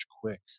quick